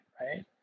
Right